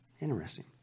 Interesting